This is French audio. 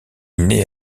naît